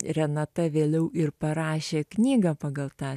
renata vėliau ir parašė knygą pagal tą